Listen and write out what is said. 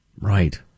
right